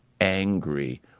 angry